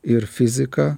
ir fiziką